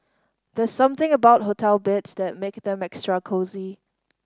there's something about hotel beds that make them extra cosy